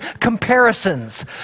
comparisons